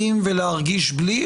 האם הדבר מקובל עליך?